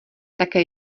také